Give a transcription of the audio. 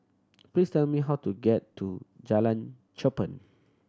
please tell me how to get to Jalan Cherpen